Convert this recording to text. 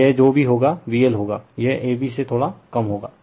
तो यह जो भी होगा VL होगा यह ab से थोड़ा कम होगा